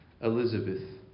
Elizabeth